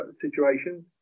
situations